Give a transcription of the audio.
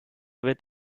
wird